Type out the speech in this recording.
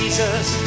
Jesus